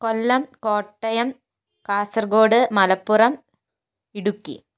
Kollam Kottayam Kasaragod Malappuram Idukki